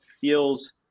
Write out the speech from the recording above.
feels